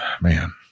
Man